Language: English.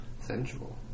sensual